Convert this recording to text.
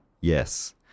Yes